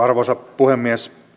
arvoisa puhemies